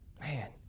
Man